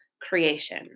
creation